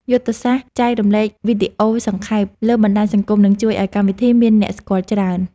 យុទ្ធសាស្ត្រចែករំលែកវីដេអូសង្ខេបលើបណ្ដាញសង្គមនឹងជួយឱ្យកម្មវិធីមានអ្នកស្គាល់ច្រើន។